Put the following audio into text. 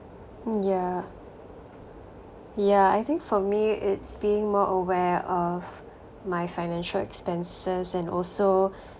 mm ya ya I think for me it's being more aware of my financial expenses and also